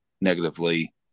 negatively